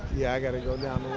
yeah, i gotta go down